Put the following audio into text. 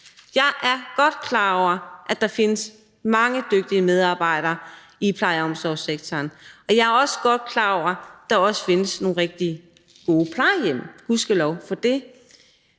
Jeg er godt klar over, at der findes mange dygtige medarbejdere i pleje- og omsorgssektoren, og jeg er også godt klar over, at der også findes nogle rigtig gode plejehjem, og gudskelov for det.